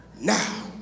Now